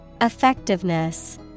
Effectiveness